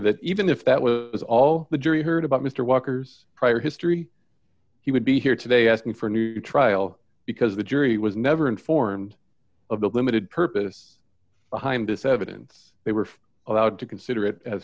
that even if that was as all the jury heard about mr walker's prior history he would be here today asking for a new trial because the jury was never informed of the limited purpose behind this evidence they were allowed to consider it as